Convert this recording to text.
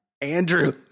Andrew